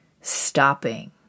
stopping